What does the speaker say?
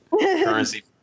Currency